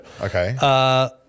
Okay